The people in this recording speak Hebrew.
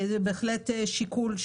זאת האחריות שלו,